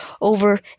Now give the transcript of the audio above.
over